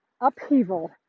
upheaval